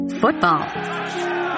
Football